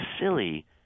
silly